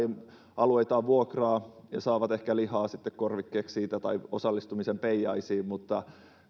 alueitaan vuokraavat ja saavat ehkä lihaa sitten vastikkeeksi siitä tai osallistumisen peijaisiin mutta